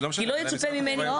כי לא יצופה ממני.